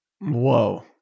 Whoa